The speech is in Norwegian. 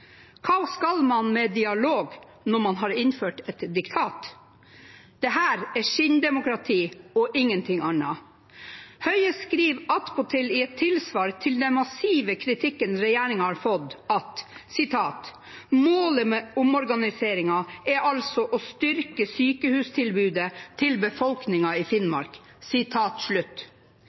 Hva skal man med dialog når man har innført et diktat? Dette er skinndemokrati og ingenting annet. Bent Høie skriver attpåtil følgende i et tilsvar til den massive kritikken regjeringen har fått: «Målet med omorganiseringen er altså å styrke sykehustilbudet til befolkningen i Finnmark.»